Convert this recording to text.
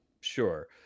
sure